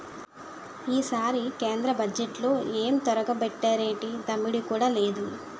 ఈసారి కేంద్ర బజ్జెట్లో ఎంతొరగబెట్టేరేటి దమ్మిడీ కూడా లేదు